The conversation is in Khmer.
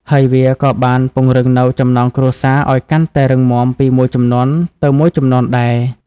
ហើយវាក៏បានពង្រឹងនូវ ចំណងគ្រួសារ ឲ្យកាន់តែរឹងមាំពីមួយជំនាន់ទៅមួយជំនាន់ដែរ។